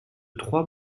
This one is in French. trois